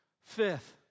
Fifth